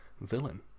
villain